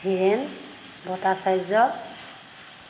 Hiran Bhattacharya